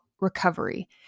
recovery